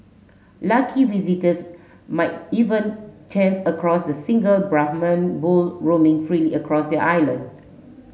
lucky visitors might even chance across the single Brahman bull roaming freely across the island